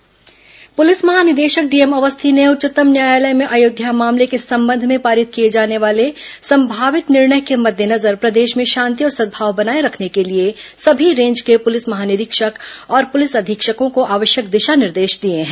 DGP निर्देश पुलिस महानिदेशक डीएम अवस्थी ने उच्चतम न्यायालय में अयोध्या मामले के संबंध में पारित किए जाने वाले संभावित निर्णय के मद्देनजर प्रदेश में शांति और सद्भाव बनाए रखने के लिए सभी रेंज के पुलिस महानिरीक्षक और पुलिस अधीक्षकों को आवश्यक दिशा निर्देश दिए हैं